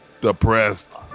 depressed